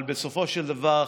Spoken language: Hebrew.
אבל בסופו של דבר,